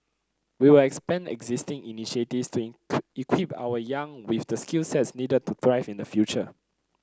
we will expand existing initiatives to equip our young with the skill sets needed to thrive in the future